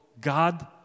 god